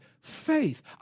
faith